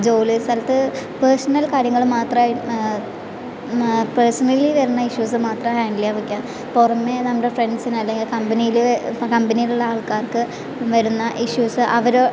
ജോലി സ്ഥലത്ത് പേഴ്സണൽ കാര്യങ്ങൾ മാത്രമായി പേഴ്സണലി വരുന്ന ഇഷ്യൂസ് മാത്രം ഹാൻഡിൽ ചെയ്യാൻ നിക്കാ പുറമേ നമ്മുടെ ഫ്രണ്ട്സിന് അല്ലെങ്കിൽ കമ്പനിയിൽ കമ്പനിയിലുള്ള ആൾക്കാർക്ക് വരുന്ന ഇഷ്യൂസ് അവർ